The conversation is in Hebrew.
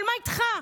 אבל מה איתך?